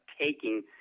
taking